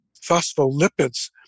phospholipids